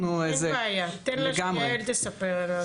אין בעיה, תן לה שיעל תספר.